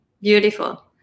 Beautiful